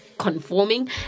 conforming